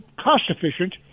cost-efficient